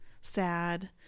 sad